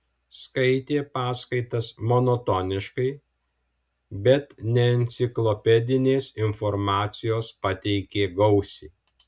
skaitė paskaitas monotoniškai bet neenciklopedinės informacijos pateikė gausiai